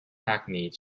hackneyed